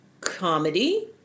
comedy